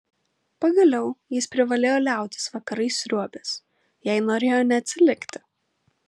pagaliau jis privalėjo liautis vakarais sriuobęs jei norėjo neatsilikti